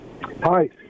Hi